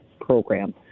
program